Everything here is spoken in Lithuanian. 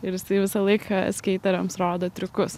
ir jisai visą laiką skeiteriams rodo triukus